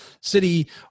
city